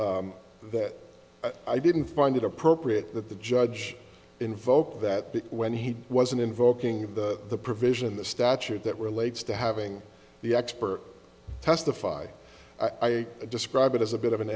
that i didn't find it appropriate that the judge invoked that big when he wasn't invoking the provision in the statute that relates to having the expert testify i describe it as a bit of an